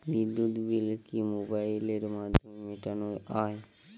বিদ্যুৎ বিল কি মোবাইলের মাধ্যমে মেটানো য়ায়?